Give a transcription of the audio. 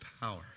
power